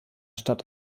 stadt